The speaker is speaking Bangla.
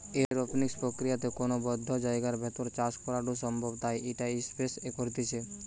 এরওপনিক্স প্রক্রিয়াতে কোনো বদ্ধ জায়গার ভেতর চাষ করাঢু সম্ভব তাই ইটা স্পেস এ করতিছে